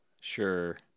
Sure